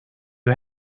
you